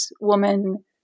woman